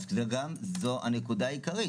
זו הנקודה העיקרית.